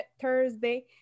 Thursday